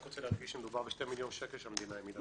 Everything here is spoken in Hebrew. רוצה להדגיש שמדובר בשני מיליון שקל שהמדינה העמידה.